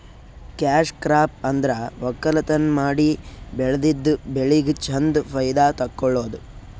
cash crop ಅಂದ್ರ ವಕ್ಕಲತನ್ ಮಾಡಿ ಬೆಳದಿದ್ದ್ ಬೆಳಿಗ್ ಚಂದ್ ಫೈದಾ ತಕ್ಕೊಳದು